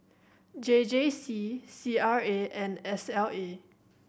J J C C R A and S L A